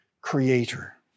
creator